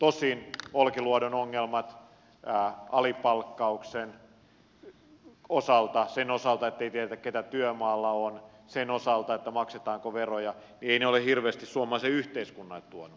tosin olkiluodon ongelmat alipalkkauksen osalta sen osalta ettei tiedetä keitä työmaalla on sen osalta maksetaanko veroja eivät ole hirveästi suomalaiselle yhteiskunnalle tuoneet